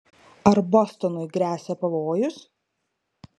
ar bostonui gresia pavojus